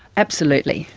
absolutely,